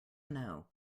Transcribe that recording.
know